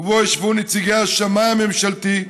ובו ישבו נציגי השמאי הממשלתי,